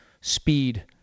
speed